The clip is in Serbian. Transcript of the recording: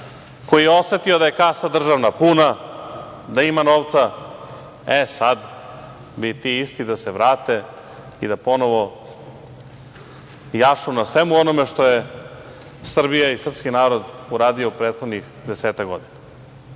koji je osetio da je kasa državna puna, da ima novca. E, sad, bi ti isti da se vrate i da ponovo jašu na svemu onome što je Srbija i srpski narod uradio u prethodnih desetak godina. Sve